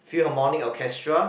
few harmonic orchestra